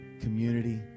community